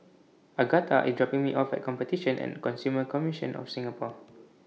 Agatha IS dropping Me off At Competition and Consumer Commission of Singapore